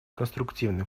конструктивный